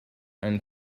and